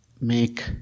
make